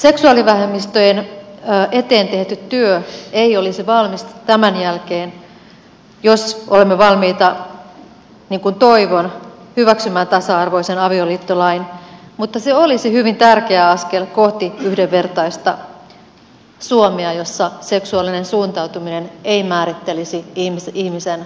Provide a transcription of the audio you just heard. seksuaalivähemmistöjen eteen tehty työ ei ole valmista tämän jälkeen jos olemme valmiita niin kuin toivon hyväksymään tasa arvoisen avioliittolain mutta se olisi hyvin tärkeä askel kohti yhdenvertaista suomea jossa seksuaalinen suuntautuminen ei määrittelisi ihmisen asemaa laissa